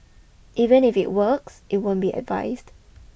even if it works it won't be advised